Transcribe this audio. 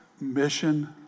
mission